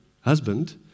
husband